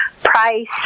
price